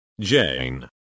Jane